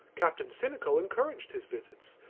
captain sinico encouraged his visits,